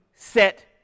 Set